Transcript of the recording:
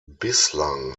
bislang